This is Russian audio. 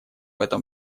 этом